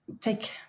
take